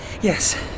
Yes